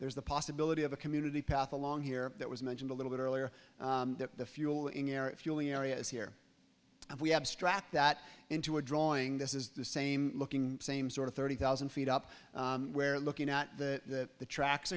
there's the possibility of a community path along here that was mentioned a little bit earlier the fuel in the air fueling areas here and we abstract that into a drawing this is the same looking same sort of thirty thousand feet up where looking at that the tracks